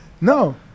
No